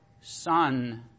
son